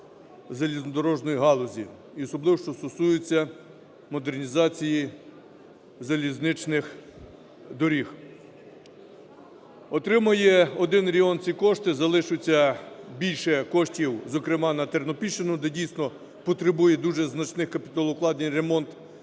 галузі, і особливо що стосується модернізації залізничних доріг. Отримає один регіон ці кошти, залишиться більше коштів, зокрема, на Тернопільщину, де дійсно потребує дуже значних капіталовкладень ремонт